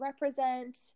represent